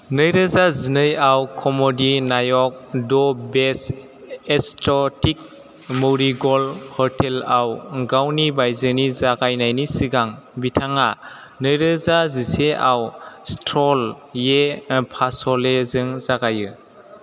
नैरोजा जिनैआव कमेडी नायक द बेस्ट एक्स'टिक मैरीग'ल्ड ह'टेलआव गावनि बायजोनि जागायनायनि सिगां बिथाङा नैरोजा जिसेआव स्थ्रल ये फास'ले जों जागायो